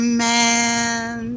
man